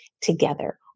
together